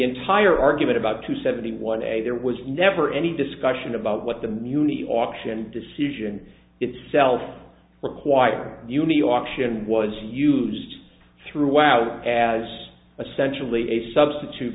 entire argument about two seventy one a there was never any discussion about what the muni option decision itself requiring junie option was used throughout as a sensually a substitute